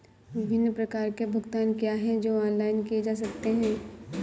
विभिन्न प्रकार के भुगतान क्या हैं जो ऑनलाइन किए जा सकते हैं?